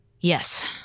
Yes